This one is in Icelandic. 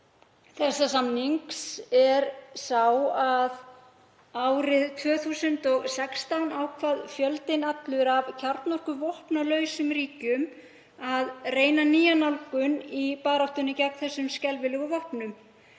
samningsins er sá að árið 2016 ákvað fjöldinn allur af kjarnorkuvopnalausum ríkjum að reyna nýja nálgun í baráttunni gegn þessum skelfilegu vopnum.